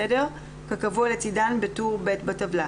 כקבוע לצדן בטור ב' בטבלה.